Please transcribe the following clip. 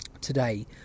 today